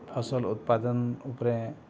ଫସଲ୍ ଉତ୍ପାଦନ୍ ଉପରେ